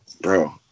Bro